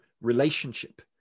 relationship